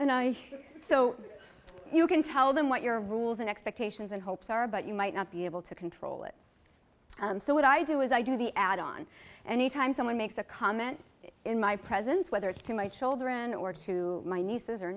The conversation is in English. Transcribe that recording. worth it so you can tell them what your rules and expectations and hopes are but you might not be able to control it so what i do is i do the ad on anytime someone makes a comment in my presence whether it's to my children or to my nieces or